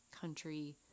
country